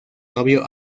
novio